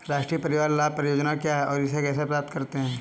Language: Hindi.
राष्ट्रीय परिवार लाभ परियोजना क्या है और इसे कैसे प्राप्त करते हैं?